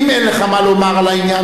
אם אין לך מה לומר על העניין,